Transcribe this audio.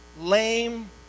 lame